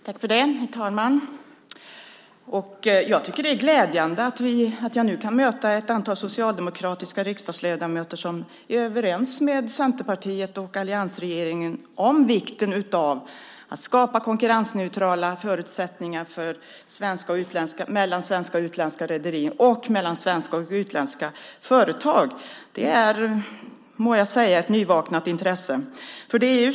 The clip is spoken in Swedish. Herr talman! Det är glädjande att jag nu kan möta ett antal socialdemokratiska riksdagsledamöter som är överens med Centerpartiet och alliansregeringen om vikten av att skapa konkurrensneutrala förutsättningar mellan svenska och utländska rederier och mellan svenska och utländska företag. Det må jag säga är ett nyvaknat intresse.